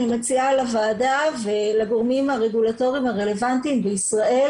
אני מציעה לוועדה ולגורמים הרגולטוריים הרלוונטיים בישראל